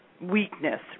weakness